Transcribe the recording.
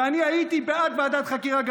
וגם אני הייתי בעד ועדת חקירה,